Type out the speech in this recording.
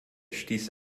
stieß